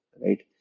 right